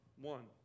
one